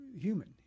human